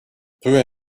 peu